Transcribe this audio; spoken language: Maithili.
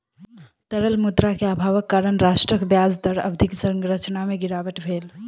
तरल मुद्रा के अभावक कारण राष्ट्रक ब्याज दर अवधि संरचना में गिरावट भेल